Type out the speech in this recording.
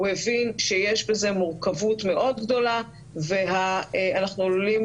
הוא הבין שיש בזה מורכבות מאוד גדולה ואנחנו עלולים